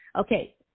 Okay